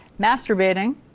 masturbating